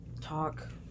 talk